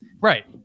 right